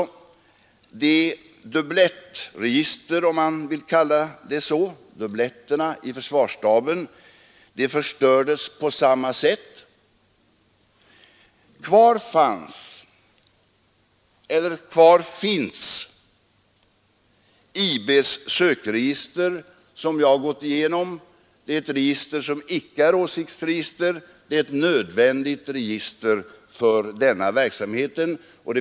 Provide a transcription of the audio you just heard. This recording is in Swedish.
Försvarsstabens dubblettregister, om man vill kalla det så, förstördes på samma sätt. Kvar finns IB:s sökregister, som jag har gått igenom. Det är icke ett åsiktsregister, det är ett nödvändigt register för IB:s verksamhet.